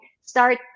start